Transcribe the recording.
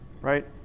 right